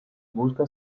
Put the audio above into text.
busca